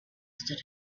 stood